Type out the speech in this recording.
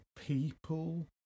people